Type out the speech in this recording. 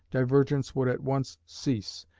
divergence would at once cease,